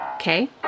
Okay